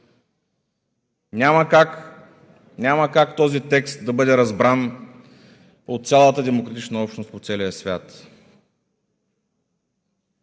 Няма как този текст да бъде разбран от цялата демократична общност по целия свят.